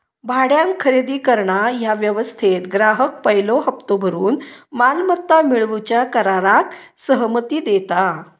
भाड्यान खरेदी करणा ह्या व्यवस्थेत ग्राहक पयलो हप्तो भरून मालमत्ता मिळवूच्या कराराक सहमती देता